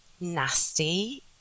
nasty